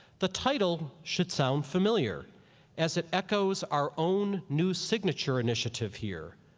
the title should sound familiar as it echo's our own new signature initiative here,